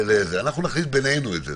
אנחנו נחליט בינינו את זה.